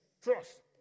Trust